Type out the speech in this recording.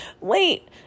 wait